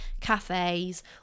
cafes